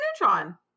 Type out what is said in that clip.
Neutron